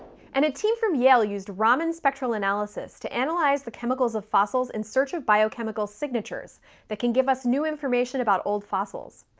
and a team from yale used raman spectral analysis to analyze the chemicals of fossils in search of biochemical signatures that can give us new information about old fossils.